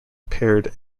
paired